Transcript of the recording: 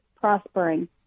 prospering